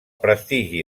prestigi